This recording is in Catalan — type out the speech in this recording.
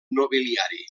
nobiliari